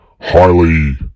highly